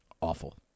awful